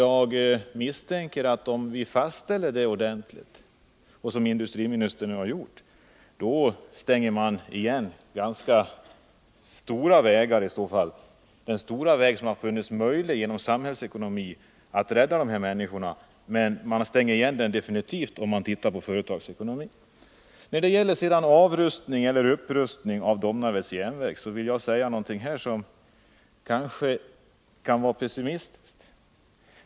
Jag misstänker att om vi fastställer detta ordentligt, som industriministern nu har gjort, stänger man igen den stora väg som förut stått öppen genom samhällsekonomin för att rädda dessa människor. Den stängs igen definitivt, om man tittar på företagsekonomin. När det gäller avrustning eller upprustning av Domnarvets Jernverk vill jag säga någonting som kan låta pessimistiskt.